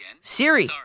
Siri